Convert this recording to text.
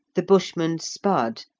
the bushman's spud,